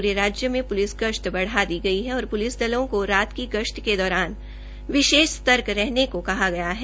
pray राज्य में police गश्त बढ़ा दी गई है और प्लिस दलों को रात की गश्त के दौरान सर्तक रहने को कहा गया है